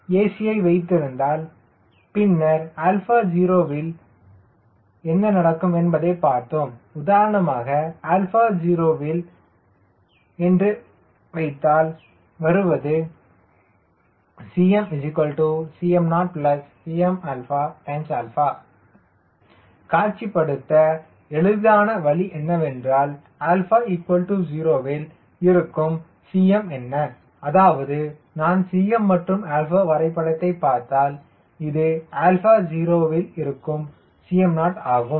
c யை வைத்திருந்தால் பின்னர் 𝛼 0 என்பதை பார்த்தோம் உதாரணமாக 𝛼 0 என்று வைத்தால் வருவது Cm Cmo Cm காட்சிப்படுத்த எளிதான வழி என்னவென்றால் 𝛼 0 இல் இருக்கும் Cm என்ன அதாவது நான் Cm மற்றும் 𝛼 வரைபடத்தை பார்த்தால் இது 𝛼 0 இல் இருக்கும் Cmo ஆகும்